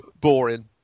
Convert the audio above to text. boring